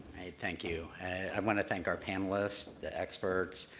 thank you. i want to thank our panelists, the experts,